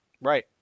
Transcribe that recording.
Right